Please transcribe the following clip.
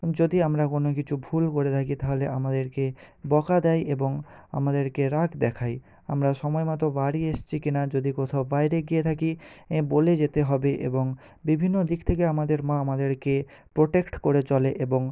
যদি আমরা কোনো কিছু ভুল করে থাকি তাহলে আমাদেরকে বকা দেয় এবং আমাদেরকে রাগ দেখায় আমরা সময়মতো বাড়ি এসেছি কি না যদি কোথাও বাইরে গিয়ে থাকি বলে যেতে হবে এবং বিভিন্ন দিক থেকে আমাদের মা আমাদেরকে প্রোটেক্ট করে চলে এবং